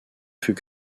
fut